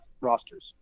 rosters